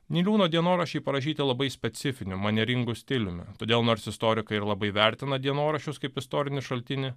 niliūno dienoraščiai parašyti labai specifiniu manieringu stiliumi todėl nors istorikai ir labai vertina dienoraščius kaip istorinį šaltinį